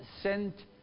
sent